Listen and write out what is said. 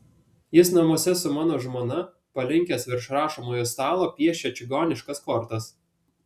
jis namuose su mano žmona palinkęs virš rašomojo stalo piešia čigoniškas kortas